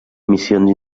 missions